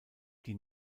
die